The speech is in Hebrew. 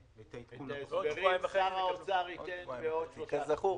ואת ההסברים שר האוצר ייתן בעוד שלושה שבועות.